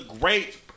great